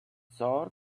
sort